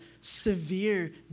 severe